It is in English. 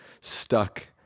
stuck